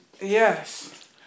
Yes